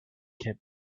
kept